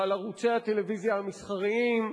ועל ערוצי הטלוויזיה המסחריים,